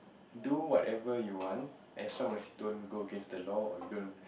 do whatever you want as long as it don't go against the law or you don't